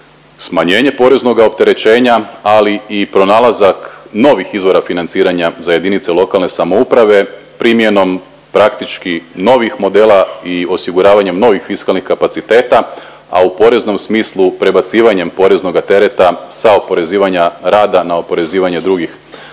smanjenje poreznoga opterećenja, ali i pronalazak novih izvora financiranja za jedinice lokalne samouprave primjenom praktički novih modela i osiguravanjem novih fiskalnih kapaciteta, a u poreznom smislu prebacivanjem poreznoga tereta sa oporezivanja rada na oporezivanje drugih